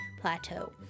plateau